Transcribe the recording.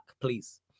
please